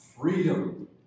freedom